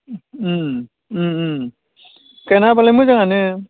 गायनो हाब्लालाय मोजाङानो